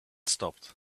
stopped